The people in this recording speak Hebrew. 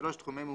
תחומי מומחיות,